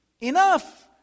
enough